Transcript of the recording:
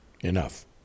enough